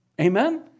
amen